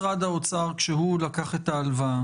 נציג משרד האוצר, בבקשה.